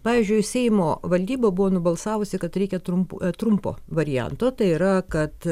pavyzdžiui seimo valdyba buvo nubalsavusi kad reikia trumpų trumpo varianto tai yra kad